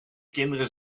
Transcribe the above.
kinderen